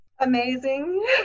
Amazing